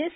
S